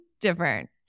different